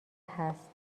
هست